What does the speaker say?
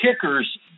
kickers